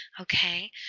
Okay